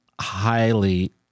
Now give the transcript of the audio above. highly